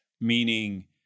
meaning